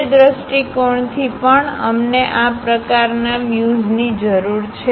તે દૃષ્ટિકોણથી પણ અમને આ પ્રકારના વ્યુઝની જરૂર છે